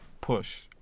push